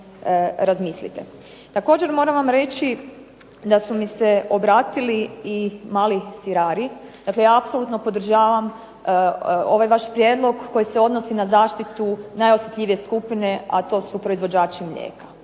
Također moram vam reći da su mi se obratili i mali sirari. Dakle, ja apsolutno podržavam ovaj vaš prijedlog koji se odnosi na zaštitu najosjetljivije skupine a to su proizvođači mlijeka